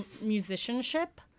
musicianship